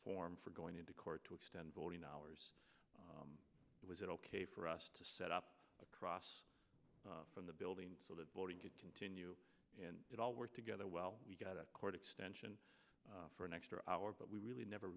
form for going to court to extend voting hours was it ok for us to set up across from the building so that voting could continue and it all worked together well we got a court extension for an extra hour but we really never